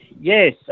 yes